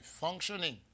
functioning